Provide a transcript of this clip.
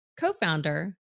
co-founder